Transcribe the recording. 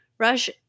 Rush